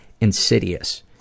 insidious